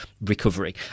recovery